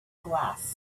glass